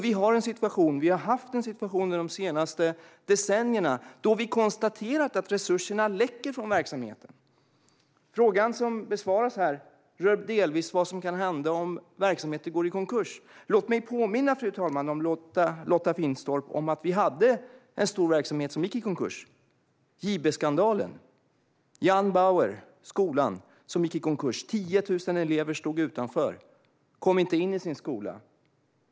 Vi har och har under de senaste decennierna haft en situation då resurserna läcker från verksamheten. Frågan som besvaras här rör delvis vad som kan hända om verksamheter går i konkurs. Låt mig påminna Lotta Finstorp om att det fanns en stor verksamhet som gick i konkurs, nämligen JB-skandalen då John Bauergymnasiet gick i konkurs. Det var 10 000 elever som stod utanför och inte kom in i sin skola.